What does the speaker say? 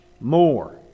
more